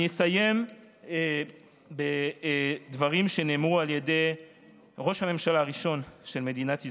אני אסיים בדברים שנאמרו על ידי ראש הממשלה הראשון של מדינת ישראל,